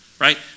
Right